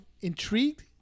intrigued